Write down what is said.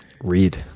Read